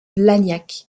blagnac